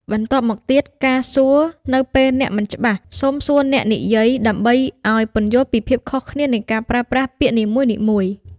បន្ទាប់មកទៀតការសួរនៅពេលអ្នកមិនច្បាស់ សូមសួរអ្នកនិយាយដើមឱ្យពន្យល់ពីភាពខុសគ្នានៃការប្រើប្រាស់ពាក្យនីមួយៗ។